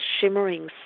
shimmering